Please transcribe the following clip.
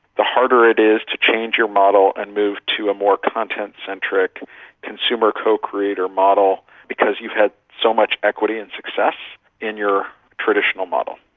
the harder it is to change your model and move to a more content centric consumer co-creator model because you had so much equity and success in your traditional model.